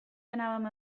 anàvem